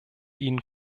ihnen